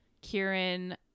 Kieran